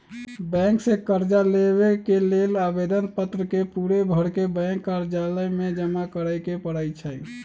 bank से कर्जा लेबे के लेल आवेदन पत्र के पूरे भरके बैंक कर्जालय में जमा करे के परै छै